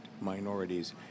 minorities